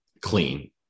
clean